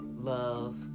love